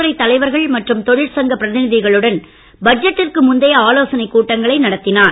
துறை தலைவர்கள் மற்றும் தொழிற்சங்க பிரதிநிதிகளுடன் பட்ஜெட்டிற்கு முந்தைய ஆலோசனைக் கூட்டங்களை நடத்தினார்